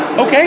Okay